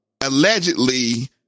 allegedly